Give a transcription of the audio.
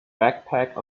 backpack